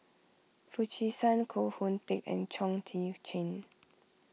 Foo Chee San Koh Hoon Teck and Chong Tze Chien